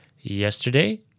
yesterday